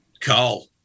Carl